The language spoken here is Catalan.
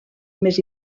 més